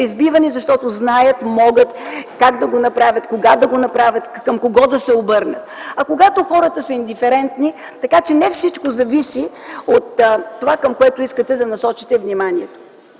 и могат да го направят - как да го направят, кога да го направят, към кого да се обърнат, а не както когато хората са индиферентни. Така че не всичко зависи от това, към което искате да насочите вниманието.